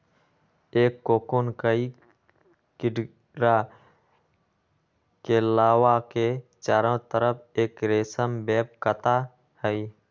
एक कोकून कई कीडड़ा के लार्वा के चारो तरफ़ एक रेशम वेब काता हई